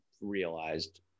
realized